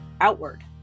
outward